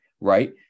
right